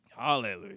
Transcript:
Hallelujah